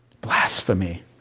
Blasphemy